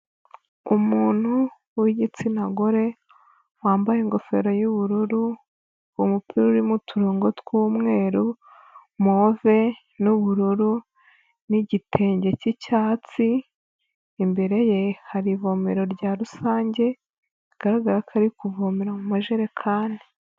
Umuntu w'igitsina gore, wambaye ingofero y'ubururu, umupira urimo uturongo tw'umweru, move n'ubururu, n'igitenge cy'icyatsi, imbere ye hari ivomero rya rusange, bigaragara ko ari kuvomera mu majerekani.